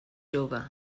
jove